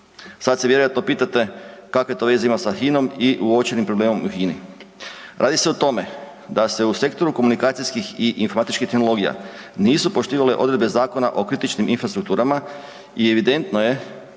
Sad se vjerojatno pitate kakve to veze ima sa HINA-om i uočenim problemom u HINA-i. Radi se o tome da se u sektoru komunikacijskih i informatičkih tehnologija nisu poštivale odredbe zakona o kritičnim infrastrukturama i evidentno je